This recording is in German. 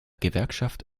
gewerkschaft